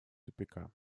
тупика